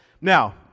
Now